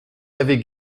l’avez